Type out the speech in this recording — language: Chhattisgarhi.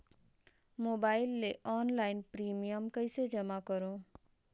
मोबाइल ले ऑनलाइन प्रिमियम कइसे जमा करों?